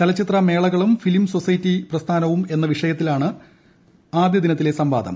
ചലച്ചിത്ര മേളകളും film society പ്രസ്ഥാനവും എന്ന വിഷയത്തിലാണ് ആദ്യ ദിനത്തിലെ സംവാദം